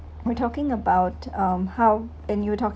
we're talking about um how and you talk